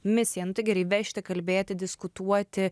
misiją gerai vežti kalbėti diskutuoti